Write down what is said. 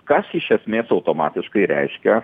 kas iš esmės automatiškai reiškia